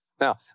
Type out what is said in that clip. Now